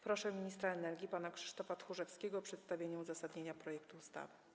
Proszę ministra energii pana Krzysztofa Tchórzewskiego o przedstawienie uzasadnienia projektu ustawy.